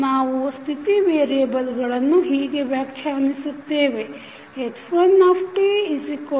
ನಾವು ಸ್ಥಿತಿ ವೇರಿಯೆಬಲ್ಗಳನ್ನು ಹೀಗೆ ವ್ಯಾಖ್ಯಾನಿಸುತ್ತೇವೆ